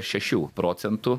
šešių procentų